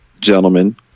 gentlemen